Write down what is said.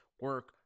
Work